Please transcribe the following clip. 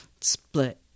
Split